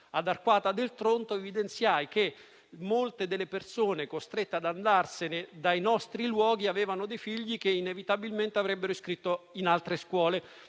ad Arquata del Tronto evidenziai che molte delle persone costrette ad andarsene dai nostri luoghi avevano dei figli che inevitabilmente avrebbero iscritto in altre scuole